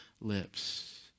lips